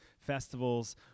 festivals